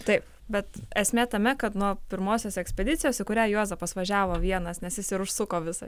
taip bet esmė tame kad nuo pirmosios ekspedicijos į kurią juozapas važiavo vienas nes jis ir užsuko visą